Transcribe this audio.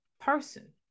person